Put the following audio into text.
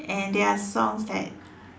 and there are songs that